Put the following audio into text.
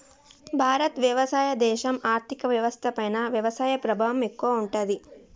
భారత్ వ్యవసాయ దేశం, ఆర్థిక వ్యవస్థ పైన వ్యవసాయ ప్రభావం ఎక్కువగా ఉంటది